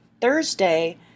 Thursday